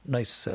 Nice